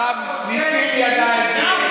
הרב ניסים ידע את זה,